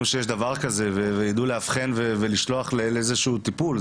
שיש דבר כזה וידעו לאבחן ולשלוח לאיזשהו טיפול.